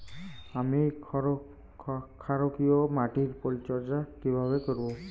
আমি ক্ষারকীয় মাটির পরিচর্যা কিভাবে করব?